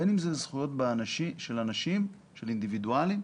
בין אם אלה זכויות של אנשים, של אינדיבידואלים,